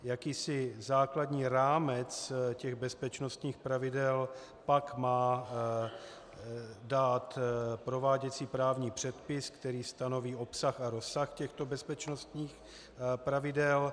Jakýsi základní rámec bezpečnostních pravidel pak má dát prováděcí právní předpis, který stanoví obsah a rozsah těchto bezpečnostních pravidel.